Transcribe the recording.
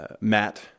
Matt